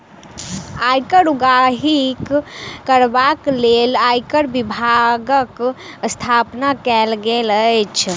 आयकर उगाही करबाक लेल आयकर विभागक स्थापना कयल गेल अछि